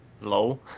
low